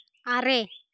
ᱟᱨᱮ